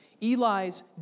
Eli's